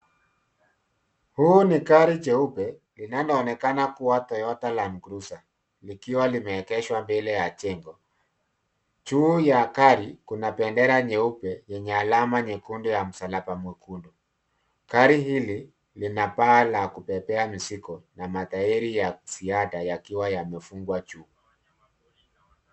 Hii ni gari nyeupe, linaloonekana kuwa Toyota Land Cruiser, likiwalimeegeshwa mbele ya jengo. Juu ya gari, kuna bendera nyeupe, yenye alama nyekundu ya msalapa mwekundu. Gari hili, linapaa la kubebea mzigo na matairi ya ziada yakiwa yamefungwa juu.